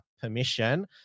permission